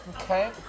-"Okay